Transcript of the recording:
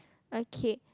okay